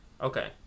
Okay